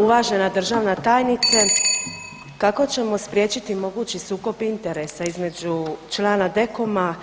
Uvažena državna tajnice, kako ćemo spriječiti mogući sukob interesa između člana DKOM-a